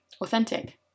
Authentic